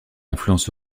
influence